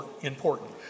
important